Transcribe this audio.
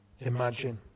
imagine